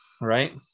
right